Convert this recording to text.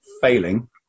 failing